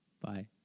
Bye